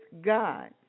God